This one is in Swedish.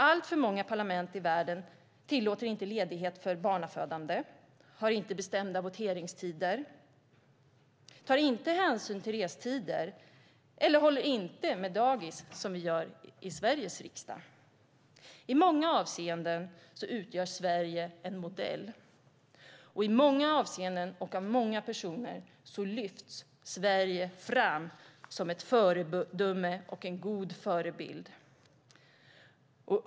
Alltför många parlament i världen tillåter inte ledighet vid barnafödande, har inte bestämda voteringstider, tar inte hänsyn till restider eller håller med ett dagis som vi gör i Sveriges riksdag. I många avseenden utgör Sverige en modell, och i många avseenden och av många personer lyfts Sverige fram som ett föredöme och en god förebild.